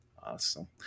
Awesome